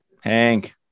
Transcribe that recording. Hank